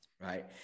right